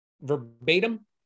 Verbatim